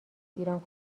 ایران